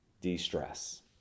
de-stress